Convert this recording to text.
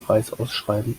preisausschreiben